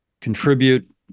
contribute